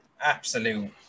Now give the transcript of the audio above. absolute